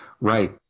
Right